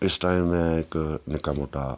इस टाइम में इक निक्का मुट्टा